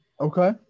Okay